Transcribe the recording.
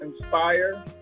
inspire